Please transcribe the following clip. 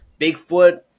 Bigfoot